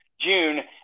June